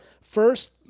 first